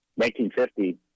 1950